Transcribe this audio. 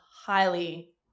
highly